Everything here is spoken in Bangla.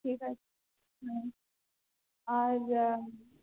ঠিক আছে হ্যাঁ আর